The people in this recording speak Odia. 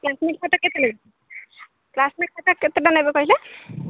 କ୍ଲାସମେଟ୍ ଖାତା କେତେ ନେବେ କ୍ଲାସମେଟ୍ ଖାତା କେତେଟା ନେବେ କହିଲେ